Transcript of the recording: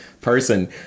person